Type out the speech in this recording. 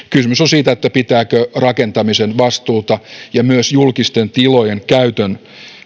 kysymys on siitä pitääkö rakentamisen vastuuta ja myös julkisten tilojen käytön